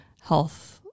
health